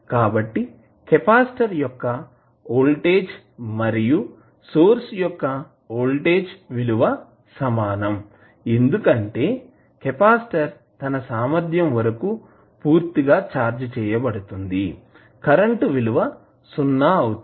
కాబట్టి కెపాసిటర్ యొక్క వోల్టేజ్ మరియు సోర్స్ యొక్క వోల్టేజ్ విలువ సమానం ఎందుకంటే కెపాసిటర్ తన సామర్ధ్యం వరకు పూర్తిగా ఛార్జ్ చేయబడుతుంది కరెంటు విలువ సున్నా అవుతుంది